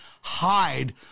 hide